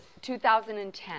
2010